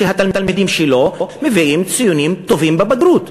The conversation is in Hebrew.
שהתלמידים שלו מביאים ציונים טובים בבגרות.